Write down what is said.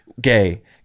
gay